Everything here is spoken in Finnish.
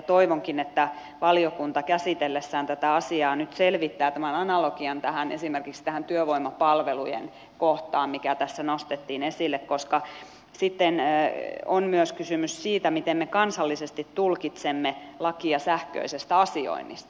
toivonkin että valiokunta käsitellessään tätä asiaa nyt selvittää analogian esimerkiksi tähän työvoimapalvelujen kohtaan mikä tässä nostettiin esille koska sitten on myös kysymys siitä miten me kansallisesti tulkitsemme lakia sähköisestä asioinnista